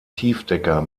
tiefdecker